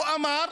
הוא אמר: